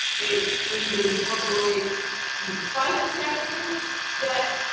it it would incorporate the private sector debt,